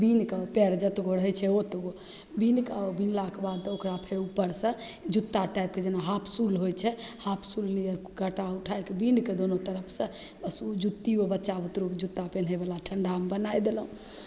बिनिके पाएर जतगो रहै छै ओतगो बिनिके बिनलाके बाद तऽ ओकरा फेर उपरसे जुत्ता टाइप जेना हाफ शू होइ छै हाफ शू काँटा उठैके बिनिके दुनू तरफसे बस ओ जुत्ती बच्चा बुतरूके जुत्ता पेन्हैवला ठण्डामे बनै देलहुँ